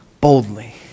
boldly